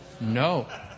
No